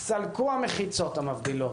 סלקו המחיצות המבדילות,